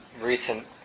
recent